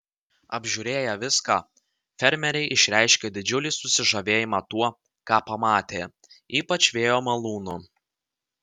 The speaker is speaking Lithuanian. apžiūrėję viską fermeriai išreiškė didžiulį susižavėjimą tuo ką pamatė ypač vėjo malūnu